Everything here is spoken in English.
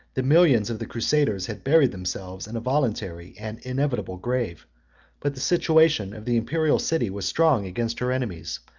the millions of the crusades had buried themselves in a voluntary and inevitable grave but the situation of the imperial city was strong against her enemies,